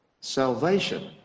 salvation